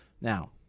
Now